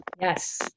yes